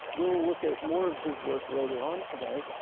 we'll look at more of his work later on today,